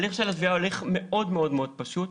הליך התביעה הוא מאוד מאוד פשוט.